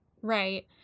Right